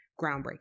groundbreaking